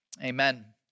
Amen